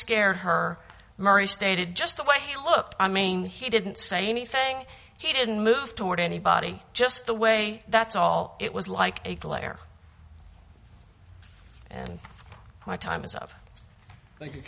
scared her mari stated just the way he looked i mean he didn't say anything he didn't move toward anybody just the way that's all it was like a glare and my time is up